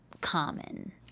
common